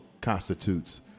constitutes